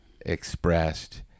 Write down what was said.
expressed